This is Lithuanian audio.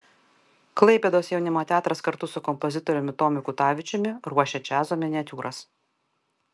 klaipėdos jaunimo teatras kartu su kompozitoriumi tomu kutavičiumi ruošia džiazo miniatiūras